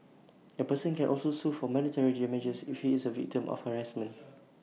A person can also sue for monetary damages if he is A victim of harassment